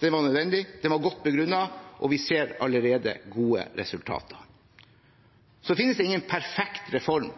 den var nødvendig, den var godt begrunnet, og vi ser allerede gode resultater. Så finnes det ingen perfekt reform.